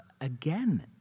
again